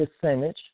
percentage